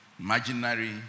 Imaginary